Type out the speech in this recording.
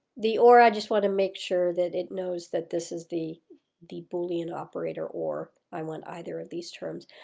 the or, i just want to make sure that it knows that this is the the boolean operator or. i want either of these terms.